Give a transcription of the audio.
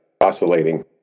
oscillating